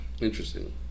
interesting